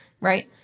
right